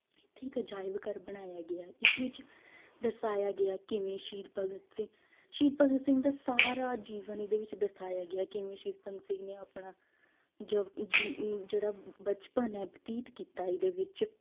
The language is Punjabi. ਇੱਥੇ ਇੱਕ ਅਜਾਇਬ ਘਰ ਬਣਾਇਆ ਗਿਆ ਇਸ ਵਿੱਚ ਦਰਸਾਇਆ ਗਿਆ ਕਿਵੇਂ ਸ਼ਹੀਦ ਭਗਤ ਸਿੰਘ ਸ਼ਹੀਦ ਭਗਤ ਸਿੰਘ ਦਾ ਸਾਰਾ ਜੀਵਨ ਇਹਦੇ ਵਿੱਚ ਦਰਸਾਇਆ ਗਿਆ ਕਿਵੇਂ ਸ਼ਹੀਦ ਭਗਤ ਸਿੰਘ ਨੇ ਆਪਣਾ ਜਵ ਜੀਵ ਜਿਹੜਾ ਬਚਪਨ ਹੈ ਬਤੀਤ ਕੀਤਾ ਇਹਦੇ ਵਿੱਚ